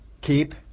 Keep